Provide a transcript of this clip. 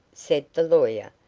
said the lawyer,